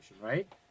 right